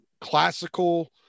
classical